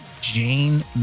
Jane